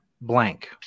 blank